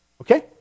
okay